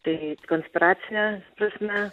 tai konspiracine prasme